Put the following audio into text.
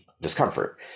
discomfort